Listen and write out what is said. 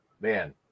man